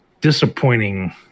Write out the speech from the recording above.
disappointing